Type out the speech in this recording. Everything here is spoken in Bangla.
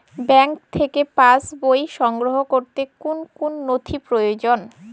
ব্যাঙ্ক থেকে পাস বই সংগ্রহ করতে কোন কোন নথি প্রয়োজন?